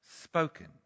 spoken